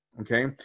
okay